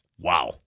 Wow